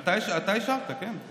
אתה אישרת, כן.